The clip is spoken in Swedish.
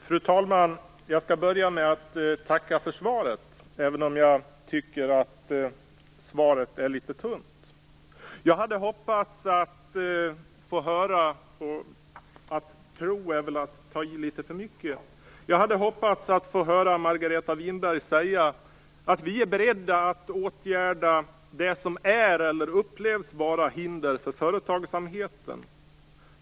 Fru talman! Jag skall börja med att tacka för svaret, även om jag tycker att svaret är litet tunt. Jag hade hoppats att få höra - att tro är väl att ta i litet för mycket - Margareta Winberg säga: Vi är beredda att åtgärda det som är eller upplevs vara ett hinder för företagsamheten.